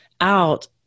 out